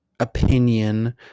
opinion